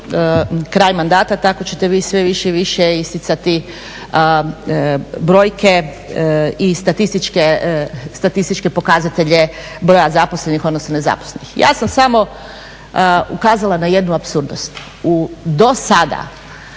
kraj mandata tako ćete vi sve više i više isticati brojke i statističke pokazatelje broja zaposlenih odnosno nezaposlenih. Ja sam samo ukazala na jednu apsurdnost. Do sad